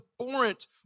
abhorrent